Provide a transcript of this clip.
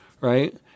right